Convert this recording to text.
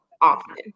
often